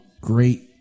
great